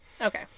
Okay